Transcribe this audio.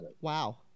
Wow